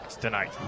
tonight